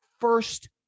first